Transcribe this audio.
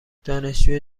دانشجو